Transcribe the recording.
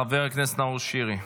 חבר הכנסת נאור שירי.